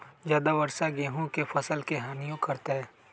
ज्यादा वर्षा गेंहू के फसल के हानियों करतै?